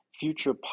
future